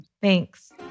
Thanks